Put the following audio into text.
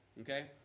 okay